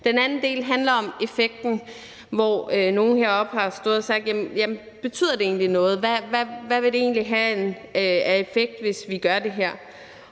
Det andet handler om effekten. Nogle har stået heroppe og spurgt: Jamen betyder det egentlig noget? Hvad vil det egentlig have af effekt, hvis vi gør det her?